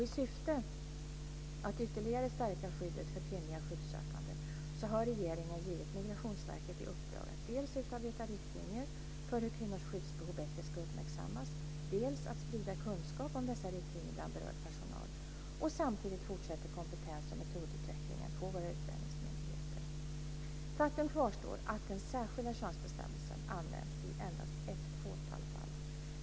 I syfte att ytterligare stärka skyddet för kvinnliga skyddssökande har regeringen givit Migrationsverket i uppdrag att dels utarbeta riktlinjer för hur kvinnors skyddsbehov bättre ska uppmärksammas, dels sprida kunskap om dessa riktlinjer bland berörd personal. Samtidigt fortsätter kompetens och metodutvecklingen på våra utlänningsmyndigheter. Faktum kvarstår att den särskilda könsbestämmelsen använts i endast ett fåtal fall.